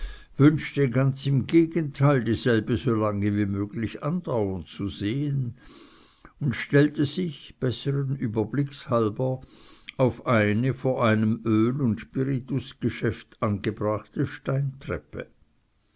wünschte ganz im gegenteil dieselbe so lange wie möglich andauern zu sehen und stellte sich besseren überblicks halber auf eine vor einem öl und spiritusgeschäft angebrachte